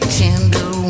tender